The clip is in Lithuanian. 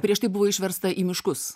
prieš tai buvo išversta į miškus